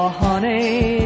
honey